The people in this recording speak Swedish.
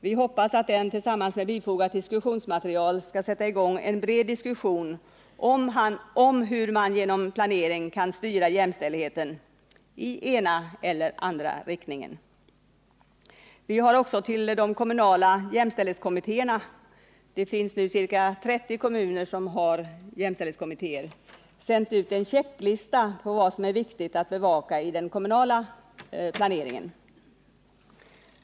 Vi hoppas att den tillsammans med bifogat diskussionsmaterial skall sätta i gång en bred diskussion om hur man genom planering kan styra jämställdheten i den ena eller andra riktningen. Vi har också till de kommunala jämställdhetskom mittéerna —det finns nu ca 30 kommuner som har jämställdhetskommittéer — sänt ut en checklista på vad som är viktigt att bevaka i den kommunala planeringen.